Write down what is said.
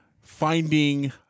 finding